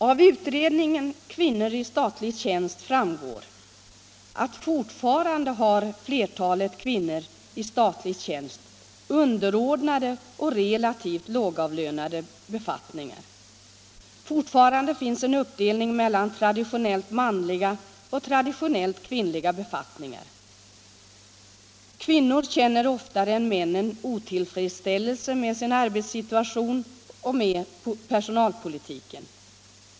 Av utredningsbetänkandet Kvinnor i statlig tjänst framgår att fortfarande flertalet kvinnor i statlig tjänst har underordnade och relativt lågavlönade befattningar. Fortfarande finns en uppdelning mellan traditionellt ”manliga” och ”kvinnliga” befattningar. Kvinnor känner oftare än männen otillfredsställelse med sin arbetssituation och med personalpolitiken.